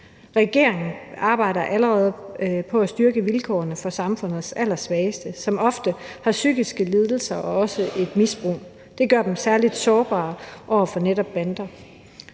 Regeringen arbejder allerede på at styrke vilkårene for samfundets allersvageste, som ofte har psykiske lidelser og også et misbrug. Det gør dem særlig sårbare over for netop bander.